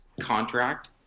contract